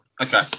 okay